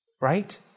Right